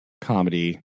comedy